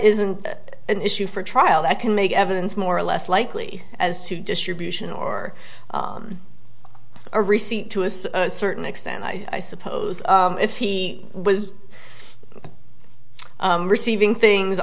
isn't an issue for trial that can make evidence more or less likely as to distribution or a receipt to a certain extent i suppose if he was receiving things